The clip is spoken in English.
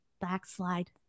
Backslide